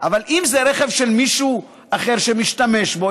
אבל אם זה רכב של מישהו אחר שמשתמש בו,